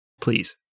Please